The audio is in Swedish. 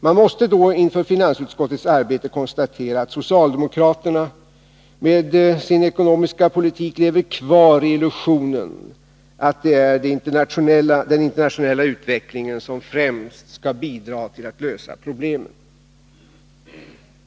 Man måste då inför finansutskottets arbete konstatera att socialdemokraterna med sin ekonomiska politik lever kvar i illusionen att det är den internationella utvecklingen som främst skall bidra till att lösa problemen.